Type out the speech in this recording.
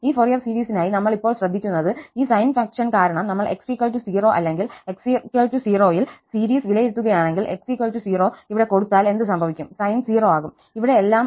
ഈ ഫോറിയർ സീരീസിനായി നമ്മൾ ഇപ്പോൾ ശ്രദ്ധിക്കുന്നത് ഈ സൈൻ ഫംഗ്ഷൻ കാരണം നമ്മൾ x 0 അല്ലെങ്കിൽ x 0 ൽ സീരീസ് വിലയിരുത്തുകയാണെങ്കിൽ x 0 ഇവിടെ കൊടുത്താൽ എന്ത് സംഭവിക്കും സൈൻ 0 ആകും ഇവിടെ എല്ലാം മൊത്തം തുക x 0 ൽ 0 ആകും